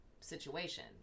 situation